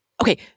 Okay